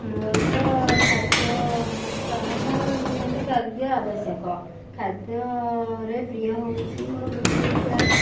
ମୋର ତ ଖାଦ୍ୟ ସମସ୍ତଙ୍କର ନିତ୍ୟାନ୍ତ ଖାଦ୍ୟ ଆବଶ୍ୟକ ଖାଦ୍ୟ ରେ ପ୍ରିୟ ହଉଛି ମୋର ଗୁପ୍ଚୁପ ଚାଟ